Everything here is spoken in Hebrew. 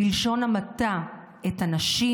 בלשון המעטה, את הנשים.